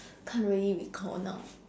can't really recall now